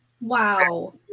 Wow